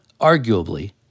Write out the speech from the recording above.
arguably